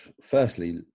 firstly